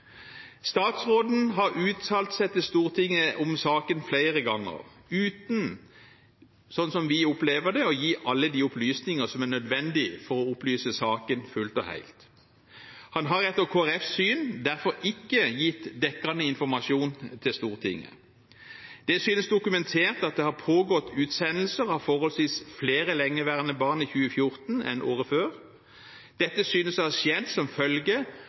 Statsråden har uttalt seg til Stortinget om saken flere ganger, uten – slik vi opplever det – å ha gitt alle de opplysninger som er nødvendig for å opplyse saken fullt og helt. Han har etter Kristelig Folkepartis syn derfor ikke gitt dekkende informasjon til Stortinget. Det synes dokumentert at det har pågått utsendelser av forholdsvis flere lengeværende barn i 2014 enn året før. Dette synes å ha skjedd som følge